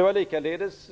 Det var likaledes